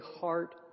heart